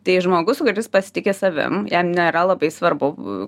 tai žmogus kuris pasitiki savim jam nėra labai svarbu